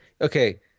Okay